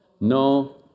No